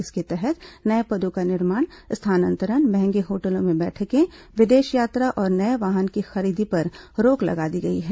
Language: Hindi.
इसके तहत नए पदों का निर्माण स्थानांतरण महंगे होटलों में बैठकें विदेश यात्रा और नए वाहन खरीदी पर रोक लगा दी गई है